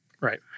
Right